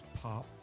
pop